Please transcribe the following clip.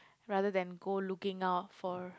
rather than go looking out for